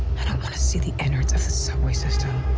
i don't want to see the innards of the subway system.